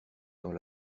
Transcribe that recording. dans